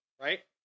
right